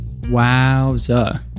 Wowza